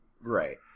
Right